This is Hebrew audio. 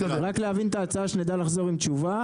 את ההצעה שנדע לחזור עם תשובה,